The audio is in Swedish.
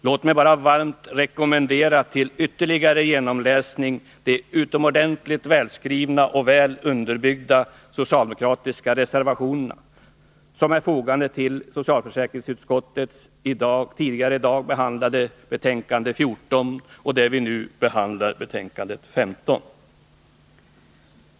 Låt mig bara varmt rekommendera till ytterligare genomläsning de utomordentligt - Nr 47 välskrivna och väl underbyggda socialdemokratiska reservationer som är fogade till socialförsäkringsutskottets tidigare i dag behandlade betänkande nr 14 och till det betänkande vi nu behandlar, nr 15.